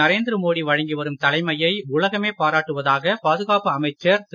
நரேந்திர மோடி வழங்கி வரும் தலைமையை உலகமே பாராட்டுவதாக பாதுகாப்பு அமைச்சர் திரு